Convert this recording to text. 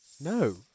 No